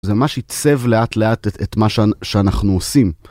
זה מה שעיצב לאט לאט את את מה ש... שאנחנו עושים.